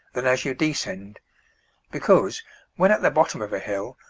than as you descend because when at the bottom of a hill,